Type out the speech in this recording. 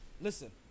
Listen